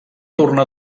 tornar